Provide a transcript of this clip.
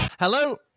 Hello